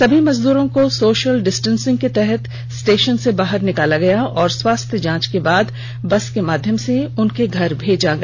सभी मजदूरों को सोषल डिस्टेंसिंग के तहत स्टेषन से बाहर निकाला गया और स्वास्थ्य जांच के बाद बस के माध्यम से घर भेजा गया